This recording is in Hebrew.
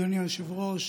אדוני היושב-ראש,